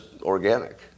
organic